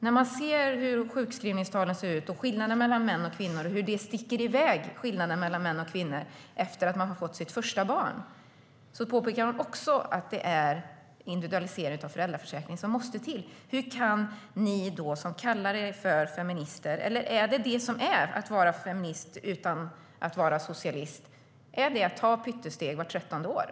När man ser hur sjukskrivningstalen ser ut och hur skillnaden mellan män och kvinnor sticker i väg efter att man har fått sitt första barn påpekar även hon att det är en individualisering av föräldraförsäkringen som måste till.